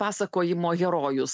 pasakojimo herojus